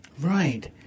Right